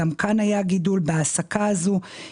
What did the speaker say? גם בהעסקה הזו היה גידול.